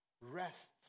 rests